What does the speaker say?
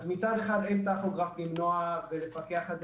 מצד אחד אין טכוגרף למנוע ולפקח על זה,